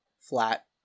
flat